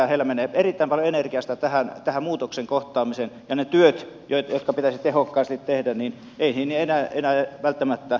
heillä menee erittäin paljon energiasta tähän muutoksen kohtaamiseen ja niitä töitä jotka pitäisi tehokkaasti tehdä ei enää välttämättä jaksetakaan